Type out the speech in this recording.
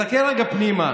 תסתכל רגע פנימה,